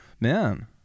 Man